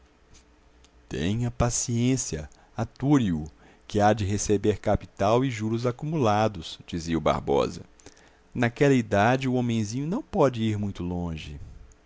a todos tenha paciência ature o que há de receber capital e juros acumulados dizia o barbosa naquela idade o homenzinho não pode ir muito longe